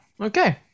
okay